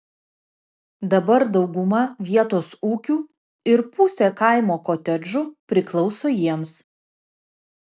dabar dauguma vietos ūkių ir pusė kaimo kotedžų priklauso jiems